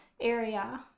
area